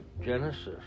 Genesis